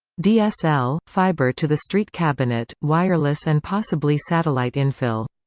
dsl, fibre to the street cabinet, wireless and possibly satellite infill.